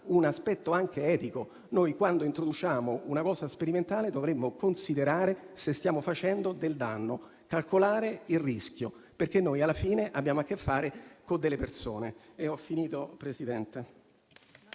un aspetto etico. Quando introduciamo una cosa sperimentale, dobbiamo considerare se stiamo facendo del danno, calcolare il rischio, perché alla fine abbiamo a che fare con delle persone.